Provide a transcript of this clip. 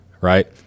right